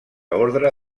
orde